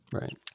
Right